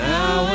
Now